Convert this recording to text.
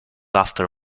after